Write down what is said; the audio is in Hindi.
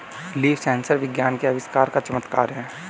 लीफ सेंसर विज्ञान के आविष्कार का चमत्कार है